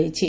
କରାଯାଇଛି